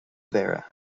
mhéara